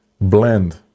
blend